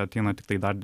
ateina tiktai dar